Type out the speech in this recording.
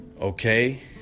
Okay